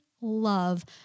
love